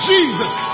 Jesus